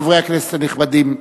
חברי הכנסת הנכבדים,